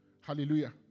Hallelujah